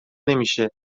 نمیشه